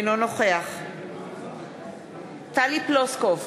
אינו נוכח טלי פלוסקוב,